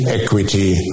equity